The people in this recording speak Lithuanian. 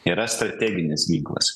yra strateginis ginklas